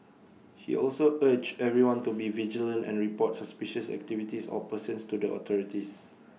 he also urged everyone to be vigilant and report suspicious activities or persons to the authorities